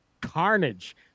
carnage